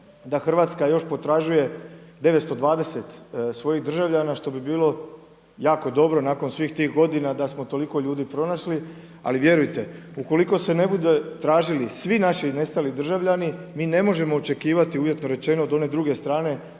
Hrvatska još potražuje 920 svojih državljana što bi bilo jako dobro nakon svih tih godina da smo toliko ljudi pronašli. Ali vjerujte ukoliko se ne budu tražili svi naši nestali državljani mi ne možemo očekivati uvjetno rečeno od one druge strane